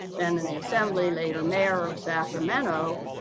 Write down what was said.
then in the assembly, later mayor of sacramento,